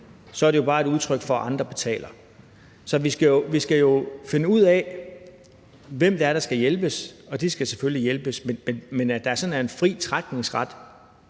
sal, er det jo bare et udtryk for, at andre betaler. Så vi skal jo finde ud af, hvem det er, der skal hjælpes, og de skal selvfølgelig hjælpes, men at der sådan er en fri trækningsret